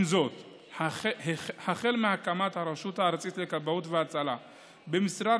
ועם זאת החל מהקמת הרשות הארצית לכבאות והצלה במשרד